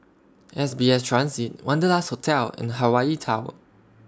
S B S Transit Wanderlust Hotel and Hawaii Tower